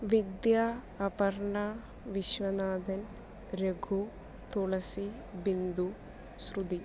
Vidya Aparna Viswanathan Raghu Tulasi Bindu Shruti